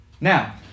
Now